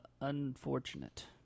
unfortunate